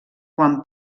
quan